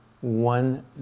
One